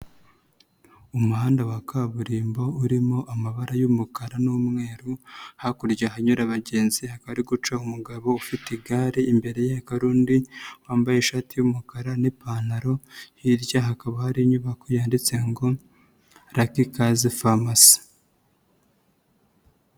Umuhanda wa kaburimbo urimo amabara y'umukara n'umweru. Hakurya ahanyura abagenzi aka guca umugabo ufite igare. Imbere ye hari undi wambaye ishati y'umukara n'ipantaro. Hirya hakaba hari inyubako yanditse ngo raki ikaze farumasi.